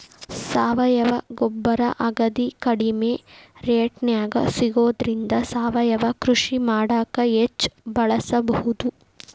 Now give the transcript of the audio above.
ಸಾವಯವ ಗೊಬ್ಬರ ಅಗದಿ ಕಡಿಮೆ ರೇಟ್ನ್ಯಾಗ ಸಿಗೋದ್ರಿಂದ ಸಾವಯವ ಕೃಷಿ ಮಾಡಾಕ ಹೆಚ್ಚ್ ಬಳಸಬಹುದು